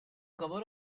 cover